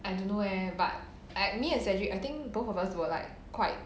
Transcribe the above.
I don't know leh but I me and cedric I think both of us were like quite